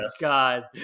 god